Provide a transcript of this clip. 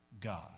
God